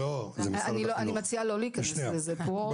אני מציעה לא להיכנס לזה קודם.